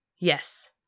yes